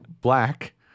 black